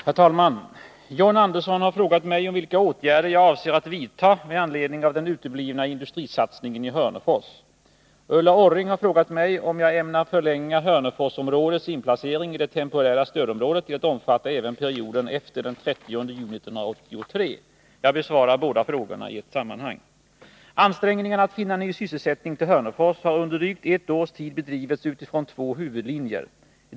Herr talman! John Andersson har frågat mig vilka åtgärder jag avser att vidta med anledning av den uteblivna industrisatsningen i Hörnefors. Ulla Orring har frågat mig om jag ämnar förlänga Hörneforsområdets inplacering i det temporära stödområdet till att omfatta även perioden efter den 30 juni 1983. Jag besvarar båda frågorna i ett sammanhang. Ansträngningarna att finna ny sysselsättning till Hörnefors har under drygt ett års tid bedrivits utifrån två huvudlinjer.